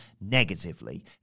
negatively